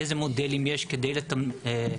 איזה מודלים יש כדי לתקצב,